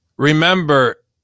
Remember